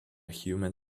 human